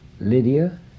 Lydia